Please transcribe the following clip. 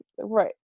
right